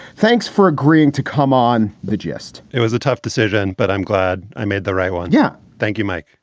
thanks for agreeing to come on the gst it was a tough decision, but i'm glad i made the right one yeah. thank you, mike.